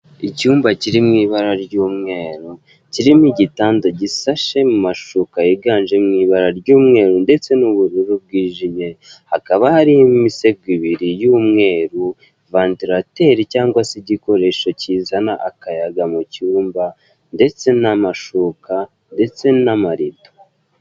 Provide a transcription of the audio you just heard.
Icyumba kiri mu ibara ry'umweru kirimo igitanda gisashe mu mashuka yiganjemo ibara ry'umweru ndetse n'ubururu bwijimye hakaba hariho imisego ibiri y'umweru vandarateri cyangw igikoresho kizana akayaga mu cyumba ndetse n'amashuka ndetse n'amarido.